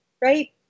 right